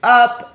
up